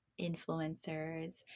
influencers